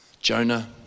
Jonah